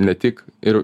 ne tik ir